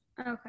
Okay